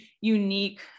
unique